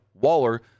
Waller